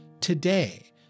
today